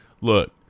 Look